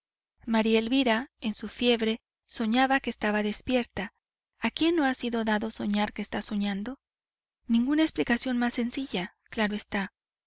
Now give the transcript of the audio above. maría elvira en su fiebre soñaba que estaba despierta a quién no ha sido dado soñar que está soñando ninguna explicación más sencilla claro está